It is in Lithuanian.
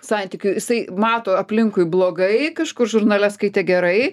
santykių jisai mato aplinkui blogai kažkur žurnale skaitė gerai